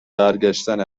برگشتن